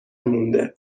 مونده